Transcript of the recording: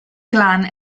clan